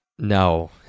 No